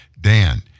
dan